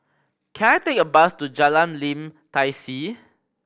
can I take a bus to Jalan Lim Tai See